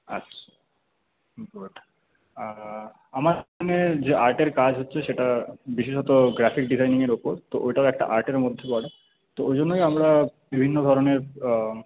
আচ্ছা গুড আমাদের জন্যে যে আর্টের কাজ হচ্ছে সেটা বিশেষত গ্রাফিক ডিজাইনের উপর তো ওটাও একটা আর্টের মধ্যে পড়ে তো ওইজন্যই আমরা বিভিন্ন ধরনের